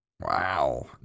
wow